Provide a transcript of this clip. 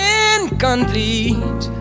incomplete